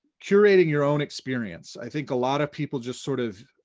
curating your own experience. i think a lot of people just sort of